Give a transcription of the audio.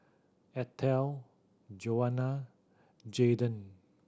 Ethel Joana Jayden